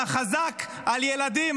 אתה חזק על ילדים,